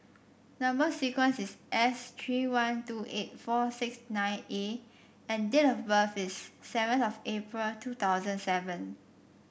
number sequence is S three one two eight four six nine A and date of birth is seven of April two thousand seven